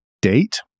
date